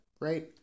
right